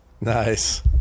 Nice